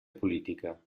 política